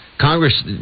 Congress